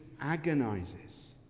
agonizes